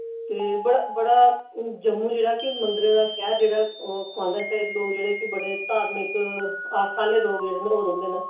ते बड़ा बड़ा जम्मू जेह्ड़ा कि मंदरें दा शैह्र जेह्ड़ा खोआंदा ऐ इत्थै लोग जेह्ड़े के बड़े धार्मिक आस्था आह्ले लोग जेह्ड़े न ओह् रौहंदे न